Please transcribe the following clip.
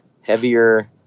heavier